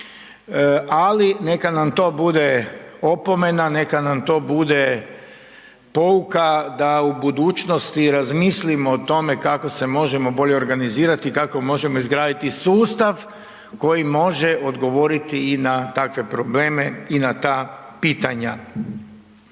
ali neka nam to bude opomena, neka nam to bude pouka da u budućnosti razmislimo o tome kako se možemo bolje organizirati i kako možemo izgraditi sustav koji može odgovoriti i na takve probleme i na ta pitanja.